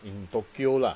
in tokyo lah